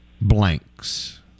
blanks